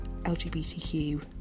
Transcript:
LGBTQ